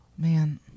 Man